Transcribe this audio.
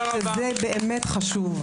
וזה באמת חשוב.